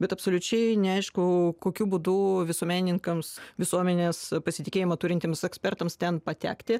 bet absoliučiai neaišku kokiu būdu visuomenininkams visuomenės pasitikėjimą turintiems ekspertams ten patekti